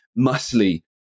muscly